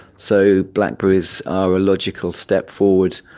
so blackberries are a logical step forward.